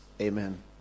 Amen